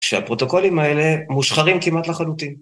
שהפרוטוקולים האלה מושחרים כמעט לחלוטין.